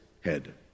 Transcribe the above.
head